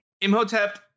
Imhotep